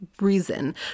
reason